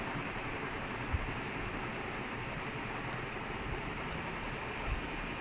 he's he's very good he was my favourite player in twenty fourteen fifteen